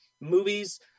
movies